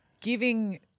giving